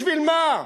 בשביל מה?